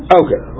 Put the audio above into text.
okay